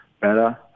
better